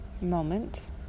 moment